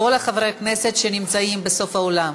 כל חברי הכנסת שנמצאים בסוף האולם,